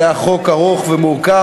זה היה חוק ארוך ומורכב,